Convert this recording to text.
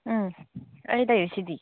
ꯎꯝ ꯑꯩ ꯂꯩꯔꯤꯁꯤꯗꯤ